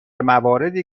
مواردی